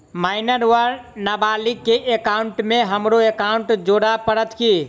Minor वा नबालिग केँ एकाउंटमे हमरो एकाउन्ट जोड़य पड़त की?